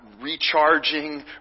recharging